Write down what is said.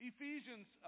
Ephesians